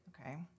Okay